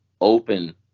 open